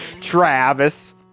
travis